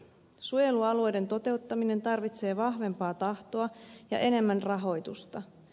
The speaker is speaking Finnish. suojelualueiden toteuttaminen tarvitsee vahvempaa tahtoa ja enemmän rahoitusta